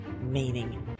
meaning